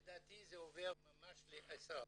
לדעתי זה עובר ממש ל-10%.